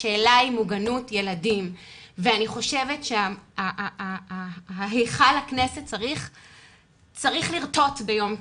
השאלה היא מוגנות ילדים ואני חושבת שהיכל הכנסת צריך לרטוט ביום כזה,